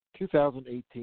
2018